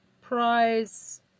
Prize